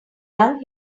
young